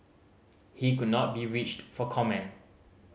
he could not be reached for comment